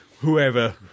whoever